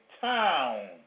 town